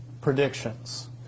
predictions